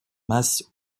mas